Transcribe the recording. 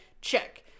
Check